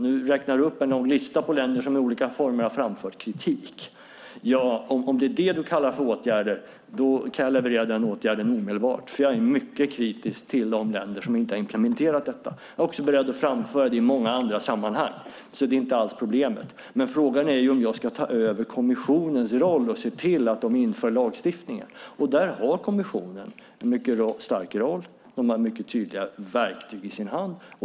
Du har här en lång lista och räknar upp länder som i olika former har framfört kritik. Ja, om det är vad du kallar för åtgärd kan jag omedelbart leverera den åtgärden, för jag är mycket kritisk till de länder som inte implementerat detta. Jag är också beredd att framföra detta i många andra sammanhang, så det är inte alls problemet. Frågan är om jag ska ta över kommissionens roll och se till att medlemsstaterna i fråga inför denna lagstiftning. Där har kommissionen en mycket stark roll och mycket tydliga verktyg i sin hand.